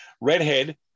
Redhead